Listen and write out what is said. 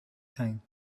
time